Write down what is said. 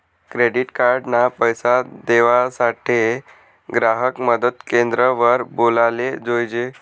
credit card ना पैसा देवासाठे ग्राहक मदत क्रेंद्र वर बोलाले जोयजे